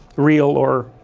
real or